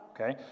okay